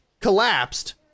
collapsed